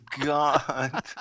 God